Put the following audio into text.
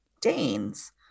Danes